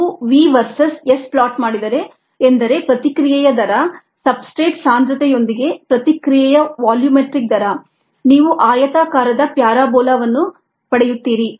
ನೀವು v versus s plot ಮಾಡಿದರೆ ಅಂದರೆ ಪ್ರತಿಕ್ರಿಯೆಯ ದರ ಸಬ್ಸ್ಟ್ರೇಟ್ನ ಸಾಂದ್ರತೆಯೊಂದಿಗೆ ಪ್ರತಿಕ್ರಿಯೆ ವಾಲ್ಯೂಮೆಟ್ರಿಕ್ ದರ ನೀವು ಆಯತಾಕಾರದ ಪ್ಯಾರಾಬೋಲಾವನ್ನು ಪಡೆಯುತ್ತೀರಿ